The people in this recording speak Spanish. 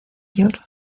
york